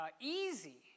easy